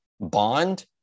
bond